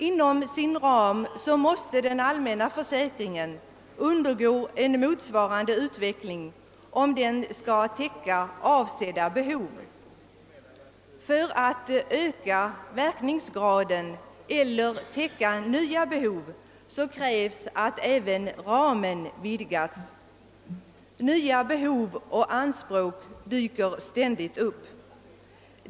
Inom sin ram måste den allmänna försäkringen undergå en motsvarande utveckling om den skall täcka avsedda behov. För att öka verkningsgraden eller täcka nya behov krävs att även ramen vidgas. Nya behov och anspråk dyker ständigt upp.